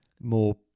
more